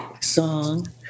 song